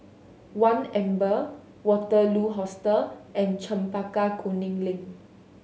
One Amber Waterloo Hostel and Chempaka Kuning Link